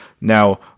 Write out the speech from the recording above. Now